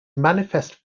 manifest